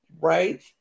right